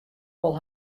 wol